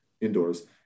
indoors